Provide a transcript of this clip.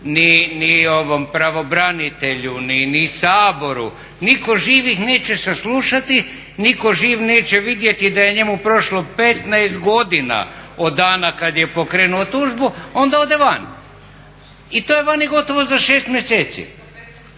ni pravobranitelju, nitko živ ih neće saslušati, nitko živ neće vidjeti da je njemu prošlo 15 godina od dana kada je pokrenuo tužbu, onda ode van. I to je vani gotovo za 6 mjeseci.